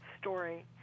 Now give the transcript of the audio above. story